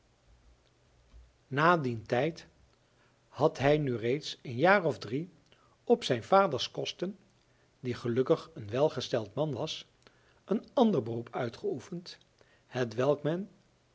na dien tijd had hij nu reeds een jaar of drie op zijn vaders kosten die gelukkig een welgesteld man was een ander beroep uitgeoefend hetwelk men